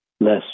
less